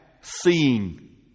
seeing